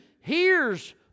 hears